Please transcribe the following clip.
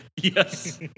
yes